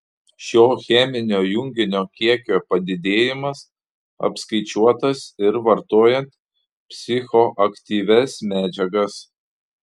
šio cheminio junginio kiekio padidėjimas apskaičiuotas ir vartojant psichoaktyvias medžiagas